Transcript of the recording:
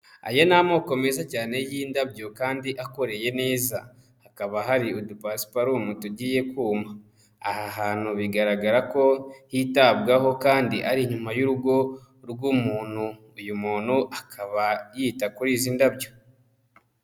Aya ni amoko meza cyane y'indabyo kandi akoreye neza, hakaba hari udupasiparumu tugiye kuma, aha hantu bigaragara ko hitabwaho kandi ari inyuma y'urugo rw'umuntu, uyu muntu akaba yita kuri izi ndabyo.